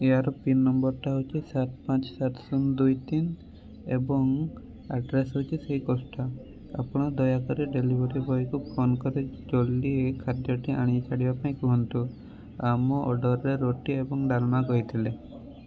ୟାର ପିନ୍ ନମ୍ବର୍ଟା ହେଉଛି ସାତ ପାଞ୍ଚ ସାତ ଶୂନ ଦୁଇ ତିନି ଏବଂ ଆଡ଼୍ରେସ୍ ହେଉଛି ସେଇ କଷ୍ଠା ଆପଣ ଦୟାକରି ଡେଲିଭରି ବଏକୁ ଫୋନ୍ କରି ଜଲଦି ଖାଦ୍ୟଟି ଆଣିକି ପାଇଁ କୁହନ୍ତୁ ଆମ ଅର୍ଡ଼ର୍ରେ ରୁଟି ଏବଂ ଡାଲମା ଦେଇଥିଲେ